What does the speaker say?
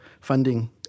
funding